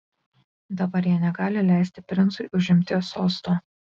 dabar jie negali leisti princui užimti sosto